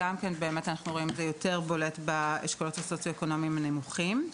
שזה בולט ביותר באשכולות הסוציו-אקונומיים הנמוכים.